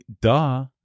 duh